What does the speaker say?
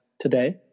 today